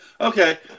Okay